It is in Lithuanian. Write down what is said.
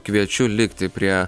kviečiu likti prie